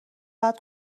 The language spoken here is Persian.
باید